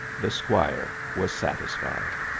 the squire was satisfied.